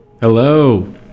Hello